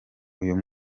uyu